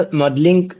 modeling